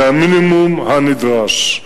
זה המינימום הנדרש.